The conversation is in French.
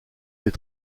les